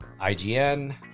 IGN